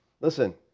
listen